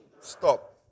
stop